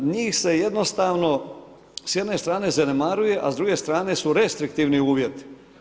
Njih se jednostavno s jedne strane zanemaruje, a s druge strane su restriktivni uvjeti.